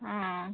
ହଁ